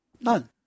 none